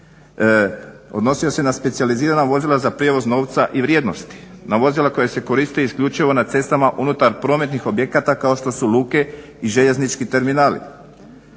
Odnosio se na specijalizirana vozila za prijevoz novca i vrijednosti, na vozila koja se koriste isključivo na cestama unutar prometnih objekata kao što su luke i željeznički terminali,